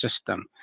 system